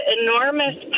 enormous